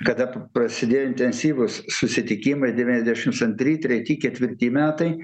kada prasidėjo intensyvūs susitikimai devyniasdešimts antri treti ketvirti metai